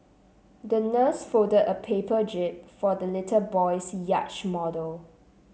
the nurse folded a paper jib for the little boy's yacht model